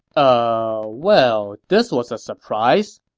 uhh, well, this was a surprise.